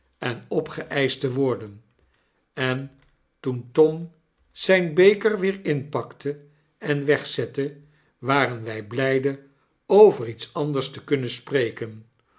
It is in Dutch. en opgeeischt te worden en toen tom zyn beker weer inpakte en wegzette waren wij blyde over iets anders te kunnen spreken